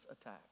attack